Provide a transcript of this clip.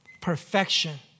Perfection